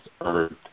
earth